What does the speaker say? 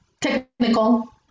technical